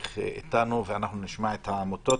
ממשיך איתנו, ואנחנו נשמע את העמותות.